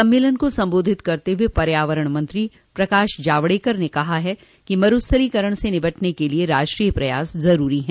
सम्मेलन को संबोधित करते हुए पर्यावरण मंत्री प्रकाश जावड़ेकर ने कहा है कि मरूस्थलीकरण से निपटने के लिए राष्ट्रीय प्रयास जरूरी हैं